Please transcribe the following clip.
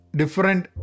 different